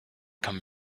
come